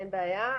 אין בעיה.